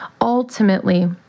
ultimately